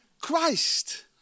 Christ